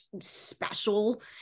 special